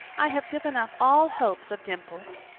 i have given up all hope of dimples.